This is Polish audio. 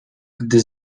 gdy